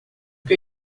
que